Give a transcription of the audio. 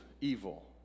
evil